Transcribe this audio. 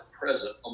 present